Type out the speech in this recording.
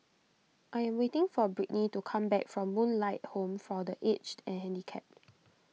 I am waiting for Britni to come back from Moonlight Home for the Aged and Handicapped